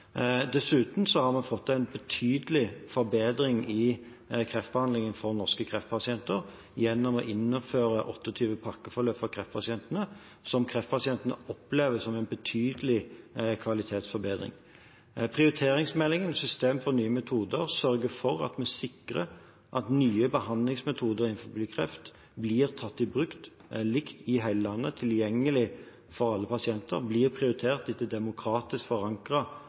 Dessuten har vi fått en betydelig forbedring i kreftbehandlingen for norske kreftpasienter gjennom å innføre 28 pakkeforløp for kreftpasientene, som kreftpasientene opplever som en betydelig kvalitetsforbedring. Prioriteringsmeldingen, system for Nye metoder, sørger for at vi sikrer at nye behandlingsmetoder for kreft blir tatt i bruk likt i hele landet, tilgjengelig for alle pasienter, blir prioritert etter demokratisk